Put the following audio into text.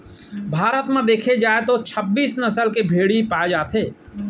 भारत म देखे जाए तो छब्बीस नसल के भेड़ी पाए जाथे